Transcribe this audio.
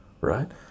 right